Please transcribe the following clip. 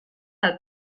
eta